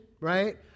right